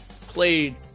played